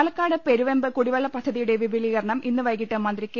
പാലക്കാട് പെരുവെമ്പ് കുടിവെള്ള പദ്ധതിയുടെ വിപുലീകരണം ഇന്ന് വ്വൈകിട്ട് മന്ത്രി കെ